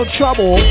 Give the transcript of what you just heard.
trouble